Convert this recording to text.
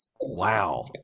Wow